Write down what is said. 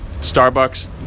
Starbucks